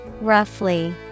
Roughly